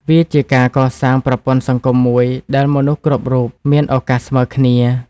វាជាការកសាងប្រព័ន្ធសង្គមមួយដែលមនុស្សគ្រប់រូបមានឱកាសស្មើគ្នា។